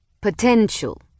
Potential